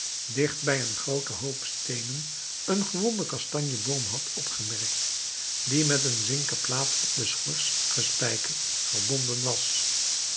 dicht bij een grooten hoop steenen een gewonden kastanjeboom had opgemerkt die met een zinken plaat op de schors gespijkerd verbonden was